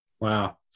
Wow